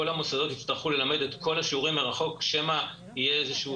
כל המוסדות יצטרכו ללמד את כל השיעורים מרחוק שמא יהיה איזשהו